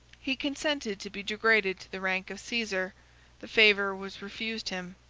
he consented to be degraded to the rank of caesar the favor was refused him.